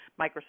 Microsoft